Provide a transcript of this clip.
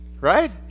right